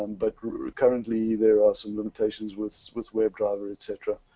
um but currently there are some limitations with with web driver, etcetera.